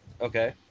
Okay